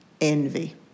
envy